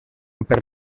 per